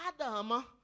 Adam